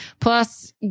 plus